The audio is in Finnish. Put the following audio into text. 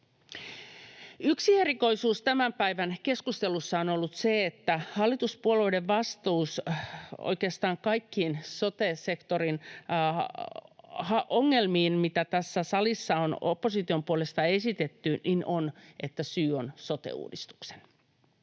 Yksi erikoisuus tämän päivän keskustelussa on ollut se, että hallituspuolueiden vastaus oikeastaan kaikkiin sote-sektorin ongelmiin, mitä tässä salissa on opposition puolesta esitetty, on, että syy on sote-uudistuksen.